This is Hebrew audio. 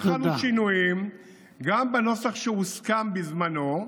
וחלו שינויים גם בנוסח שהוסכם בזמנו,